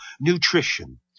nutrition